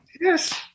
Yes